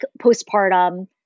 postpartum